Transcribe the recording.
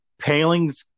Paling's